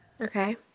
Okay